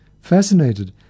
fascinated